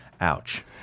ouch